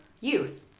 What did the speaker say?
youth